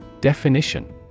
Definition